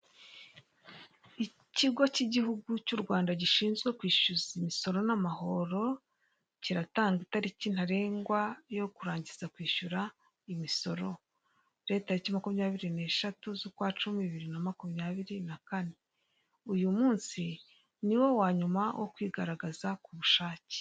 Ikigo cy'igihugu cy'u Rwanda gishinzwe kwishyuza imisiro n'amahoro, kiratanga itariki ntarengwa yo kurangiza kwishura imisiro, le tariki makunyabiri n'eshatu z'ukwa cumi, bibiri na makumyabiri na kane. Uyu munsi ni wo wa nyuma wo kwigaragaza ku bushake.